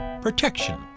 protection